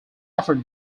offered